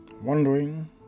Wondering